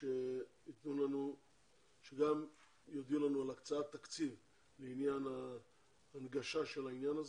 שיודיעו לנו על הקצאת תקציב להנגשת הנושא